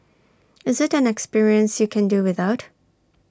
is IT an experience you can do without